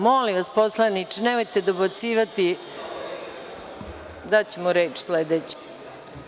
Molim vas poslaniče, nemojte dobacivati, daćemo reč sledećem.